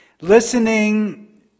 listening